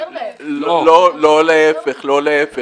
לא להפך, לא להפך.